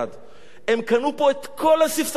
הם קנו פה את כל הספסלים של הימין.